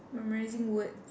memorising words